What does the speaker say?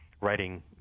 writing